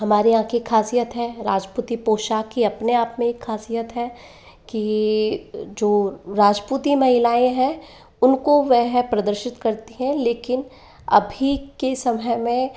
हमारे यहाँ की एक खासियत है राजपूती पोशाक की अपने आप में एक खासियत है कि जो राजपूती महिलाएं हैं उनको वह प्रदर्शित करती हैं लेकिन अभी के समय में